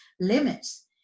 limits